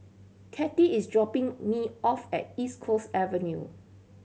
Katie is dropping me off at East Coast Avenue